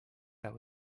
that